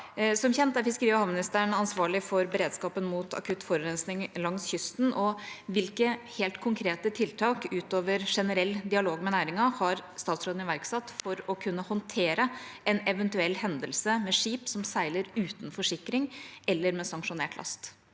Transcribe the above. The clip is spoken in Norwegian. Som kjent er fiskeri- og havministeren ansvarlig for beredskapen mot akutt forurensning langs kysten. Hvilke helt konkrete tiltak utover generell dialog med næringen har statsråden iverksatt for å kunne håndtere en eventuell hendelse med skip som seiler uten forsikring eller med sanksjonert last?